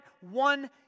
one